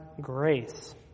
grace